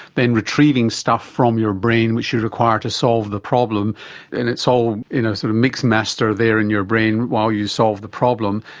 then retrieving stuff from your brain which you require to solve the problem and it's all in a sort of mixmaster there in your brain while you solve the problem,